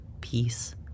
peace